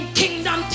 kingdom